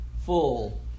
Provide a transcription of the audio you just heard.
full